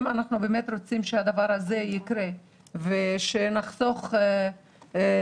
אנחנו באמת רוצים שהדבר הזה יקרה ושנציל חיים,